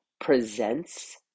presents